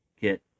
get